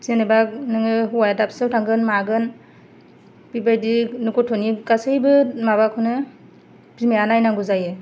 जेनेबा नोङो हौवाया दाबसेयाव थांगोन मागोन बिबादि गथ'नि गासैबो माबाखौनो बिमाया नायनांगौ जायो